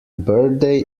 birthday